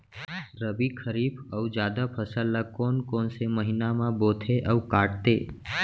रबि, खरीफ अऊ जादा फसल ल कोन कोन से महीना म बोथे अऊ काटते?